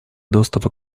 доступа